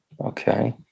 Okay